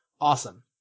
awesome